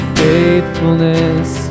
faithfulness